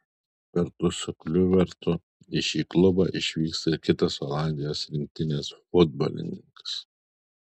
kartu su kliuivertu į šį klubą išvyks ir kitas olandijos rinktinės futbolininkas